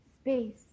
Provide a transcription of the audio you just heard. space